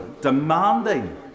demanding